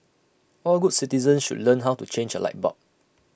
all good citizens should learn how to change A light bulb